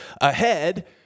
ahead